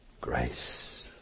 grace